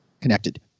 connected